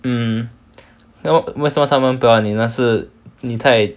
mm 为什么他们不要你呢是你太